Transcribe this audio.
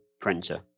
printer